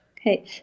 okay